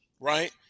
right